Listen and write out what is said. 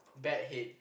bad head